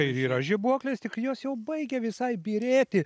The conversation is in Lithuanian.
ir yra žibuoklės tik jos jau baigia visai byrėti